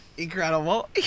Incredible